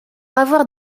avoir